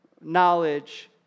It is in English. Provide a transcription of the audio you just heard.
knowledge